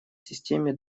системе